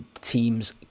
teams